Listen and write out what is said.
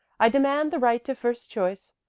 i demand the right to first choice.